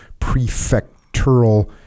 prefectural